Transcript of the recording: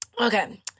Okay